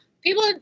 people